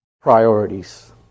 priorities